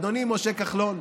אדוני משה כחלון,